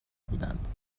بودند